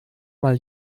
mal